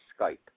Skype